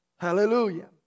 Hallelujah